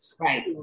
right